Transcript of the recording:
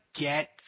get